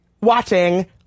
watching